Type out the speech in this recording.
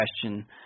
question –